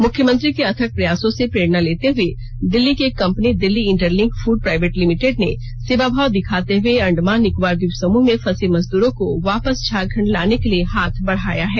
मुख्यमंत्री के अथक प्रयासों से प्रेरणा लेते हुए दिल्ली की एक company Delhi interlink food private limited ने सेवाभाव दिखाते हुए अंडमान निकोबार द्वीप समूह में फंसे मजदूरों को वापस झारखंड लाने के लिये हाथ बढ़ाया है